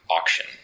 auction